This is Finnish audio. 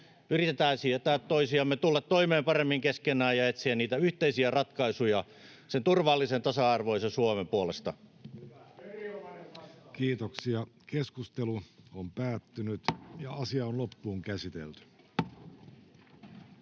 Yritetään sietää toisiamme, tulla toimeen paremmin keskenämme ja etsiä niitä yhteisiä ratkaisuja sen turvallisen, tasa-arvoisen Suomen puolesta. [Speech 92] Speaker: Jussi Halla-aho Party: